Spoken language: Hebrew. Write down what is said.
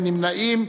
אין נמנעים,